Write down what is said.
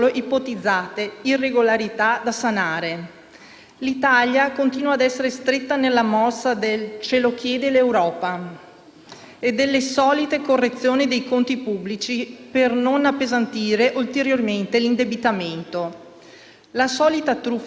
e delle solite correzioni dei conti pubblici per non appesantire ulteriormente l'indebitamento. È la solita truffa del debito pubblico, quando l'unico vero inconveniente è dato dal fatto che lo Stato è diventato succube della finanza privata e la BCE